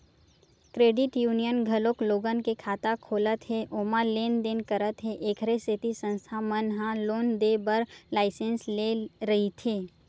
credit union घलोक लोगन के खाता खोलत हे ओमा लेन देन करत हे एखरे सेती संस्था मन ह लोन देय बर लाइसेंस लेय रहिथे